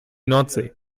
nordsee